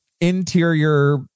interior